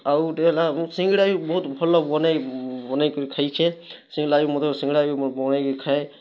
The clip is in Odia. ଆଉ ଗୋଟେ ହେଲା ମୁଁ ସିଙ୍ଗଡ଼ା ବି ବହୁତ ଭଲ ବନାଇ ବନାଇକିରି ଖାଇଛେ ସେ ଲାଗି ମୋତେ ସିଙ୍ଗଡ଼ା ବି ମୁଁ ବନାଇକି ଖାଏ